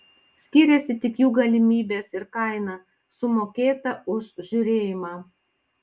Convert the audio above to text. skiriasi tik jų galimybės ir kaina sumokėta už žiūrėjimą